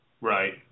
Right